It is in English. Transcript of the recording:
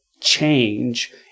change